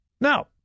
Now